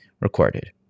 recorded